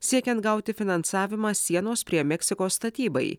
siekiant gauti finansavimą sienos prie meksikos statybai